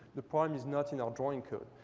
the problem is not in our drawing code.